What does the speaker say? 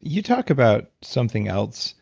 you talk about something else